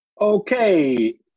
Okay